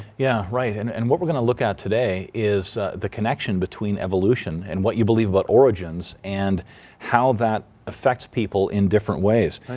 yeah and and what we're going to look at today is the connection between evolution and what you believe what origins, and how that affect people in different ways.